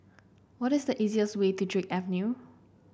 what is the easiest way to Drake Avenue